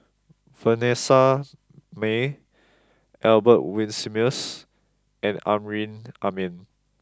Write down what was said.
Vanessa Mae Albert Winsemius and Amrin Amin